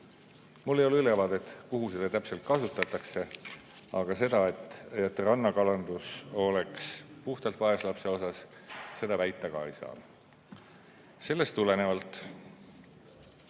Mul ei ole ülevaadet, kuhu seda täpselt kasutatakse. Aga seda, et rannakalandus oleks puhtalt vaeslapse osas, ma ka väita ei saa. Sellest tulenevalt